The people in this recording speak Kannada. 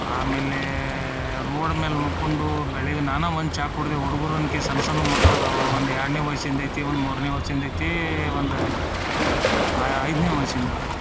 ಆಮೇಲೆ ರೋಡ್ ಮ್ಯಾಲೆ ಮಲ್ಕೊಂಡು ಬೆಳಗ್ಗೆ ನಾನು ಒಂದು ಚಾ ಕೂಡಿದೆ ಹುಡುಗರು ಅನ್ಕಿ ಸಣ್ಣ ಸಣ್ಣ ಮಕ್ಳು ಅದಾವ ಒಂದು ಎರಡನೇ ವಯಸ್ಸಿಂದೈತಿ ಒಂದು ಮೂರನೇ ವಯಸ್ಸಿಂದೈತಿ ಒಂದು ಐದನೇ ವಯ್ಸಿಂದು ಅದರ